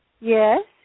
Yes